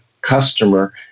customer